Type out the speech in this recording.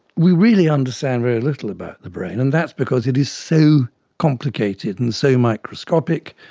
we really understand very little about the brain and that's because it is so complicated and so microscopic.